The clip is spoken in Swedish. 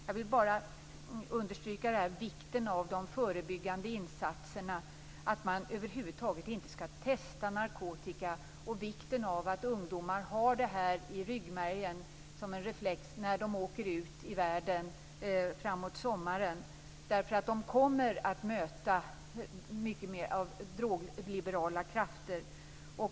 Jag vill bara understryka vikten av de förebyggande insatserna - att man över huvud taget inte skall testa narkotika - och vikten av att ungdomar har det här i ryggmärgen som en reflex när de åker ut i världen framåt sommaren. De kommer nämligen att möta mycket mer av drogliberala krafter.